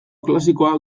klasikoa